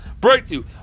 breakthrough